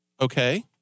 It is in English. okay